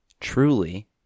truly